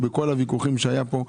בכל הוויכוחים שהיו כאן,